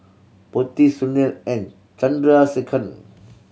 Potti Sunil and Chandrasekaran